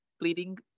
Bleeding